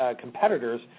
competitors